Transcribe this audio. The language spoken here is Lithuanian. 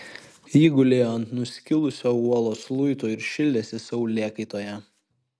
ji gulėjo ant nuskilusio uolos luito ir šildėsi saulėkaitoje